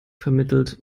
vermittelt